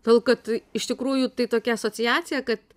todėl kad iš tikrųjų tai tokia asociacija kad